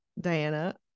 Diana